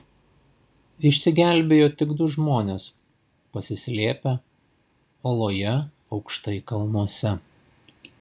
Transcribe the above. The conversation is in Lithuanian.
išsigelbėjo tik du žmonės pasislėpę oloje aukštai kalnuose